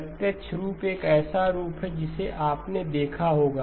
प्रत्यक्ष रूप एक ऐसा रूप है जिसे आपने देखा होगा